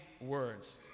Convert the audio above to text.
words